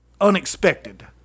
unexpected